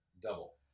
double